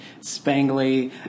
spangly